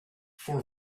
for